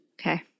Okay